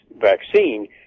vaccine